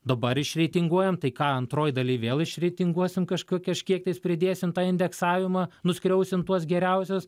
dabar išreitinguojam tai ką antroj daly vėl išreitinguosim kažko kažkiek pridėsim tą indeksavimą nuskriausim tuos geriausius